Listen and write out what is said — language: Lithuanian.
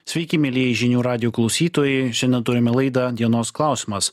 sveiki mielieji žinių radijo klausytojai šiandien turime laidą dienos klausimas